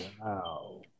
Wow